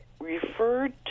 referred